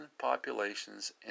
populations